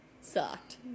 sucked